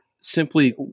simply